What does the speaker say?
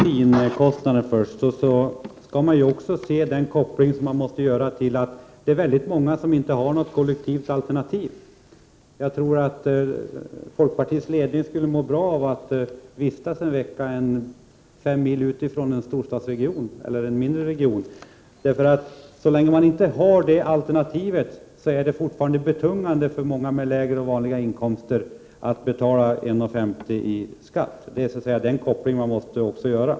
Herr talman! När det gäller bensinkostnaderna skall man ju också tänka på att det är väldigt många som inte har något kollektivt alternativ. Jag tror att folkpartiets ledning skulle må bra av att vistas en vecka fem mil från en storstadsregion, eller från en mindre region. Så länge man inte har det kollektiva alternativet är det fortfarande betungande för många med lägre och vanliga inkomster att betala ytterligare 1:50 kr. i skatt. Den kopplingen måste man också göra.